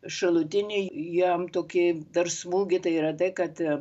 šalutiniai jam tokie dar smūgį tai yra tai kad